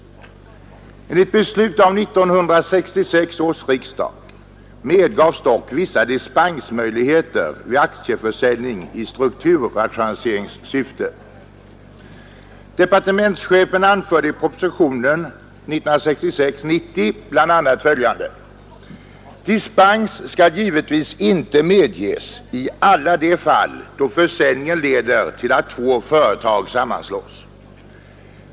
Enligt beslut av 1966 års riksdag medges dock vissa dispensmöjligheter vid aktieförsäljning i strukturrationaliseringssyfte. Departementschefen anförde i propositionen 90 år 1966 bl.a. följande: ”Dispens skall givetvis inte medges i alla de fall då försäljningen leder till att två företag sammanslås.